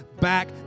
back